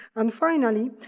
and finally,